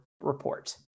report